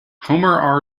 homer